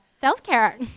Self-care